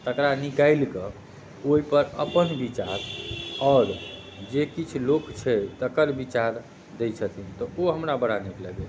तकरा निकाइल कऽ ओहिपर अपन विचार आओर जे किछु लोक छै तकर विचार दै छथिन तऽ ओ हमरा बड़ा नीक लगैए